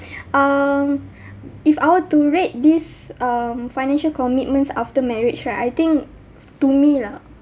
um if I were to rate these um financial commitments after marriage right I think to me lah